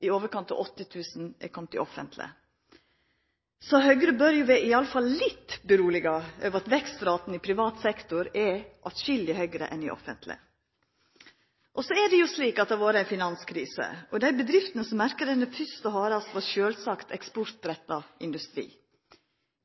i overkant av 80 000 er komne i offentleg sektor. Høgre bør i alle fall vera litt roa over at vekstraten i privat sektor er mykje høgare enn i offentleg sektor. Så har det vore ei finanskrise, og dei bedriftene som merka denne først og hardast, var sjølvsagt innan eksportretta industri.